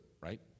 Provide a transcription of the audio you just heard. right